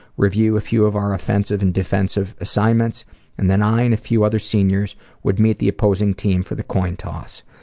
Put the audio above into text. review a few of our offensive and defensive assignments and then i and a few other seniors would meet the opposing team for the coin toss.